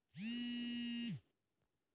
व्यवसाय में हानि के संभावना सेहो बेशी होइ छइ